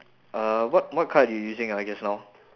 uh what what card you using ah just now